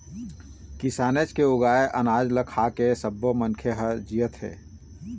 किसानेच के उगाए अनाज ल खाके सब्बो मनखे ह जियत हे